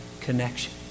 connection